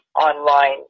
online